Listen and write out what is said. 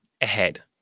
Ahead